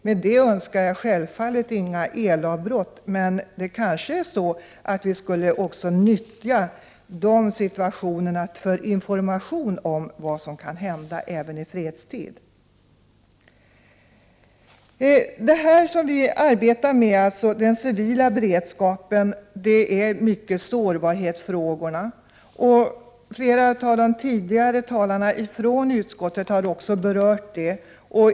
Jag önskar självfallet inte några elavbrott, men vi kanske skulle nyttja dessa situationer för information om vad som kan hända även i fredstid. Den civila beredskapen handlar mycket om sårbarhetsfrågorna. Flera av de talare som sitter i utskottet har också berört dessa frågor.